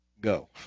go